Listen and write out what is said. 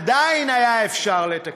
עדיין היה אפשר לתקן.